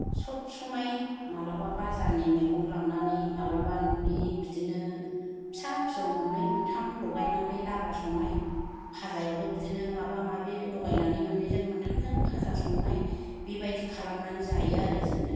सब समाय मालाबा बाजारनि मैगं लांनानै मालाबा न'नि बिदिनो फिसा फिसौ मोननै मोनथाम लगायनानै लाब्रा संनाय फाजायावबो बिदिनो माबा माबि लगायनानै मोननैजों मोनथामजों फाजा संनाय बेबायदि खालामनानै जायो आरो जोङो